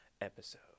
episode